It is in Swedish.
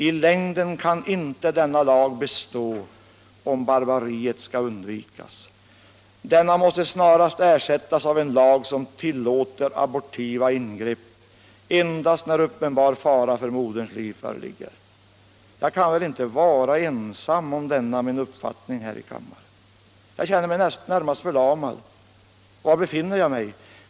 I längden kan inte denna lag bestå om barbariet skall undvikas.” Denna lag måste snarast ersättas av en lag som tillåter abortiva ingrepp endast när uppenbar fara för moderns liv föreligger. Jag kan väl inte vara ensam om denna min uppfattning här i kammaren? Jag känner mig närmast förlamad. Var befinner jag mig?